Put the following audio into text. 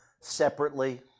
separately